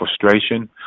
frustration